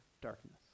darkness